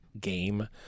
game